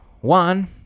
one